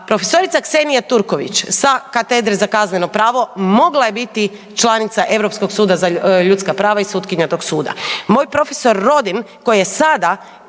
profesorica Ksenija Turković, sa katedre za kazneno pravo mogla je biti članica Europska prava za ljudska prava i sutkinja tog suda, moj profesor Rodin, koji je sada